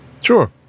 sure